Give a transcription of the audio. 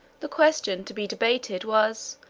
the question to be debated was,